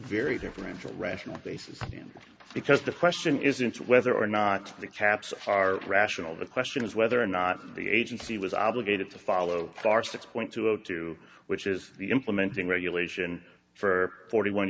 very differential rational basis because the question isn't whether or not the caps are rational the question is whether or not the agency was obligated to follow star six point two zero two which is the implementing regulation for forty one